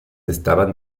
estaban